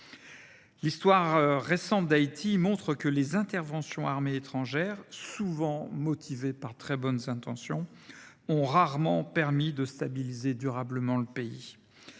L’histoire récente d’Haïti montre que les interventions armées étrangères, quoiqu’elles soient souvent motivées par de bonnes intentions, ont rarement permis de stabiliser durablement le pays.